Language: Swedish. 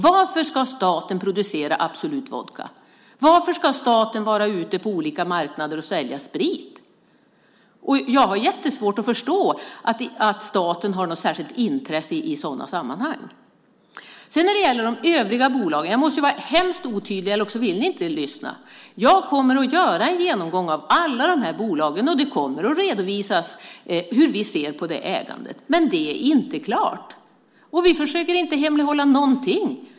Varför ska staten producera Absolut Vodka? Varför ska staten vara ute på olika marknader och sälja sprit? Jag har jättesvårt att förstå att staten har ett särskilt intresse i sådana sammanhang. Sedan gäller det de övriga bolagen. Jag måste vara hemskt otydlig, eller också vill ni inte lyssna. Jag kommer att göra en genomgång av alla de bolagen. Det kommer att redovisas hur vi ser på det ägandet, men det är inte klart. Vi försöker inte hemlighålla någonting.